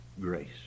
grace